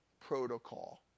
protocol